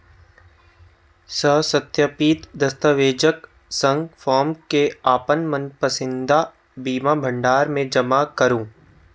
स्वसत्यापित दस्तावेजक संग फॉर्म कें अपन पसंदीदा बीमा भंडार मे जमा करू